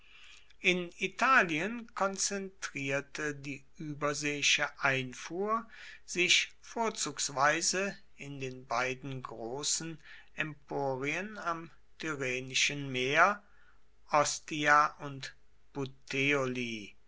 in italien konzentrierte die überseeische einfuhr sich vorzugsweise in den beiden großen emporien am tyrrhenischen meer ostia und